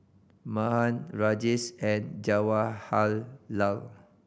Mahan Rajesh and Jawaharlal